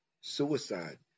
suicide